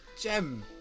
gem